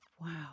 Wow